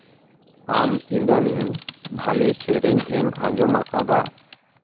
ᱟᱢ ᱤᱫᱟᱱᱤᱝ ᱵᱷᱟᱞᱮ ᱥᱮᱨᱮᱧ ᱮᱢ ᱟᱡᱚᱢᱟᱠᱟᱫᱟ